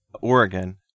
Oregon